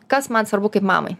kas man svarbu kaip mamai